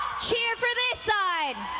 cheer for this side.